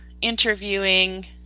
interviewing